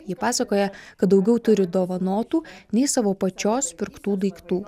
ji pasakoja kad daugiau turi dovanotų nei savo pačios pirktų daiktų